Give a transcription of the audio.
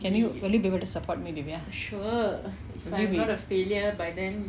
can you will you be able to support me dyvia will you be